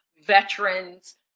veterans